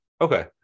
Okay